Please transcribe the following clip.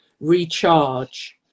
recharge